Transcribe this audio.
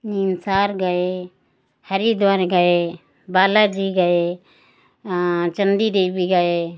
नीमसार गए हरिद्वार गए बाला जी गए चंडी देवी गए